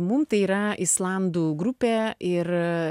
mum tai yra islandų grupė ir